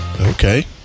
Okay